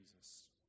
Jesus